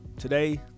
Today